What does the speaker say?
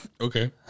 Okay